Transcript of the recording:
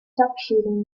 duckshooting